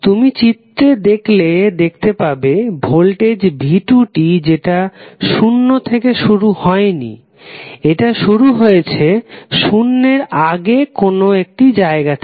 তুমি চিত্রে দেখলে দেখতে পাবে ভোল্টেজ v2t যেটা শুন্য থেকে শুরু হয়নি এটা শুরু হয়েছে শুন্যর আগে কোন একটি জায়গা থেকে